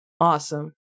Awesome